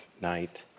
night